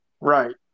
Right